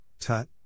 Tut